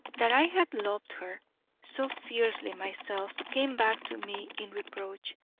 that i had loved her so fiercely myself came back to me in reproach,